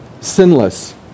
sinless